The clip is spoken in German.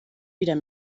wieder